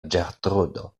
ĝertrudo